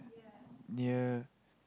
near